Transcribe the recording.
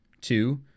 Two